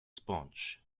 sponge